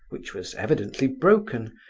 which was evidently broken,